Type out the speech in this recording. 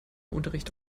unterricht